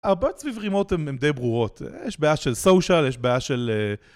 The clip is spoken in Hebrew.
הבעיות סביב remote הן די ברורות, יש בעיה של סושאל, יש בעיה של...